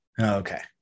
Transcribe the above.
Okay